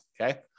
okay